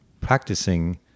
practicing